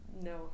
no